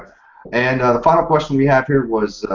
and the final question we have here was,